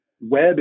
web